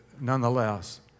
nonetheless